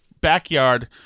backyard